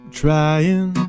trying